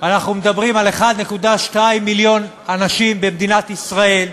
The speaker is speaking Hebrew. אנחנו מדברים על 1.2 מיליון אנשים במדינת ישראל.